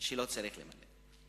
שלא צריך למלא".